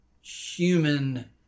human